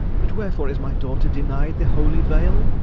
but wherefore is my daughter denied the holy veil?